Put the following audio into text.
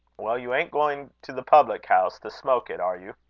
well, you ain't going to the public house to smoke it, are you?